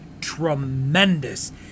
tremendous